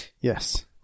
Yes